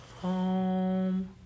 home